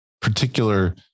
particular